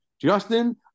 Justin